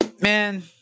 man